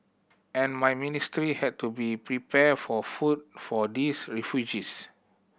and my ministry had to be prepare for food for these refugees